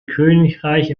königreich